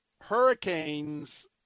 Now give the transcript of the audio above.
hurricanes